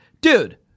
dude